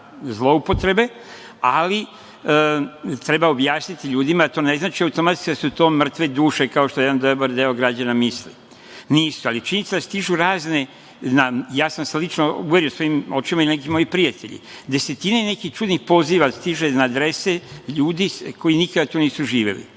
zloupotrebe, ali treba objasniti ljudima da to ne znači automatski da su to mrtve duše, kao što jedan dobar deo građana misli. Nisu, ali je činjenica da stižu razne… Znam, ja sam se lično uverio sa svojim očima i neki moji prijatelji, desetine nekih čudnih poziva stiže na adrese ljudi koji nikada tu nisu živeli